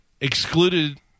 Excluded